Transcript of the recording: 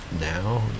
now